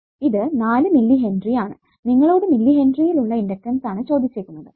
ഇത് നാല് മില്ലിഹെൻറി ആണ് നിങ്ങളോടു മില്ലിഹെൻറി യിൽ ഉള്ള ഇണ്ടക്ടൻസ് ആണ് ചോദിച്ചേക്കുന്നതു